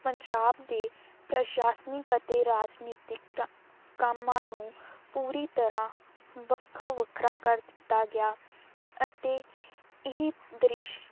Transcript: ਪੰਜਾਬ ਦੇ ਪ੍ਰਸ਼ਾਸਨਿਕ ਅਤੇ ਰਾਜਨੀਤਿਕ ਤਾ ਕੰਮਾਂ ਨੂੰ ਪੂਰੀ ਤਰ੍ਹਾਂ ਵੱਖੋ ਵੱਖਰਾ ਕਰ ਦਿੱਤਾ ਗਿਆ ਅਤੇ ਇਹ ਦ੍ਰਿਸ਼